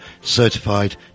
Certified